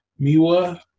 Miwa